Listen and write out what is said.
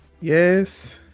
Yes